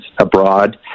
abroad